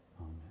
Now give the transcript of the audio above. Amen